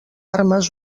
armes